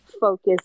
Focus